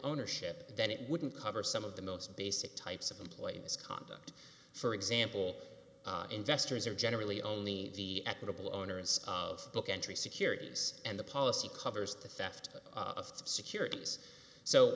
ownership then it wouldn't cover some of the most basic types of employee misconduct for example investors are generally only the equitable owners of book entry securities and the policy covers the theft of securit